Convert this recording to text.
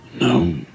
No